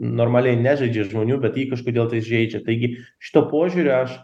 normaliai nežaidžia žmonių bet jį kažkodėl tais žeidžia taigi šituo požiūriu aš